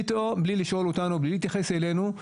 פתאום בלי לשאול אותנו ובלי להתייחס אלינו,